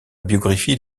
biographie